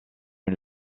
une